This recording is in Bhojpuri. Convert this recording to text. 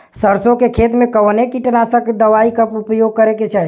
सरसों के खेत में कवने कीटनाशक दवाई क उपयोग करे के चाही?